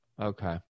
Okay